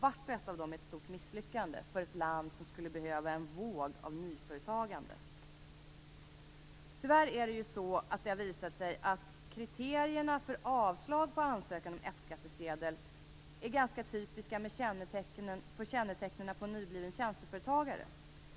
Vart och ett av dem är ett stort misslyckande för ett land som skulle behöva en våg av nyföretagande. Tyvärr har det visat sig att kriterierna för avslag på en ansökan om F-skattsedel sammanfaller ganska väl med kännetecknen för en nybliven tjänsteföretagare.